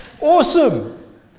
Awesome